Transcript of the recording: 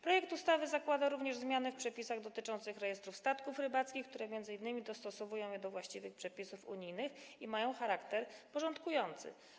Projekt ustawy zakłada również zmiany w przepisach dotyczących rejestrów statków rybackich, które m.in. dostosowują je do właściwych przepisów unijnych i mają charakter porządkujący.